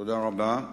תודה רבה.